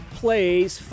plays